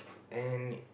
and